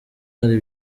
hari